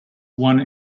one